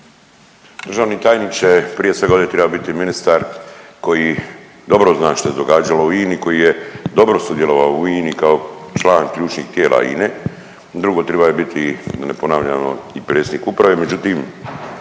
Državni tajniče, prije svega ovdje treba biti ministar koji dobro zna što se događalo u INI koji je dobro sudjelovao u INI kao član ključnih tijela INE. Drugo, trebao je biti ponavljam vam i predsjednik uprave,